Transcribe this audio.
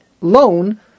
loan